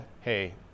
hey